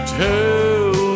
tell